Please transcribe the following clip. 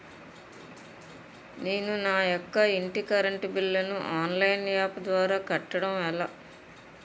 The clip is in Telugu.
నేను నా యెక్క ఇంటి కరెంట్ బిల్ ను ఆన్లైన్ యాప్ ద్వారా కట్టడం ఎలా?